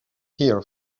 here